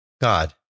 God